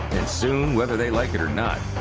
and soon, whether they like it or not,